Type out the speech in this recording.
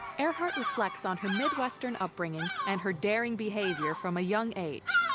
earhart reflects on her midwestern upbringing and her daring behavior from a young age.